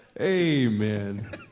Amen